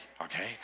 okay